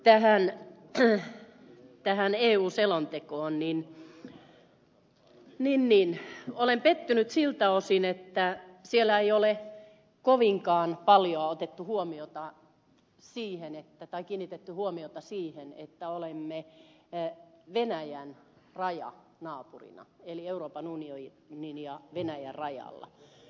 mutta ensinnäkin tähän eu selontekoon olen pettynyt siltä osin että siellä ei ole kovinkaan paljoa otettu huomiota siihen että tai kiinnitetty huomiota siihen että olemme venäjän rajanaapuri eli euroopan unionin ja venäjän rajalla